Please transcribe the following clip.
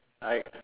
alright